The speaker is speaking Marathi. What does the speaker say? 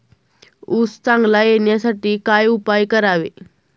ऊस चांगला येण्यासाठी काय उपाय करावे?